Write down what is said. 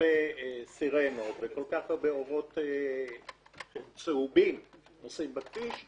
הרבה סירנות וכל כך הרבה אורות צהובים נוסעים בכביש,